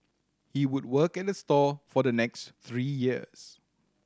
he would work at the store for the next three years